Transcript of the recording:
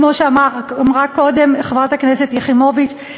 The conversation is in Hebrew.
כמו שאמרה קודם חברת הכנסת יחימוביץ,